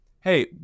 hey